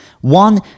One